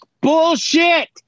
Bullshit